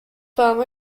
form